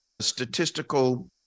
statistical